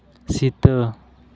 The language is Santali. ᱥᱤᱛᱟᱹ